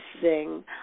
sing